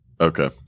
Okay